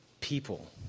People